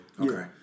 Okay